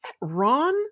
Ron